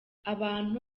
abantu